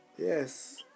Yes